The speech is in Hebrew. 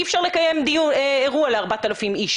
כרגע אי אפשר לקיים אירוע ל-4,000 אנשים.